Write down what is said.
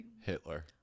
Hitler